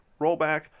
rollback